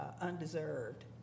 undeserved